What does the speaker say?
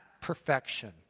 perfection